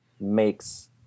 makes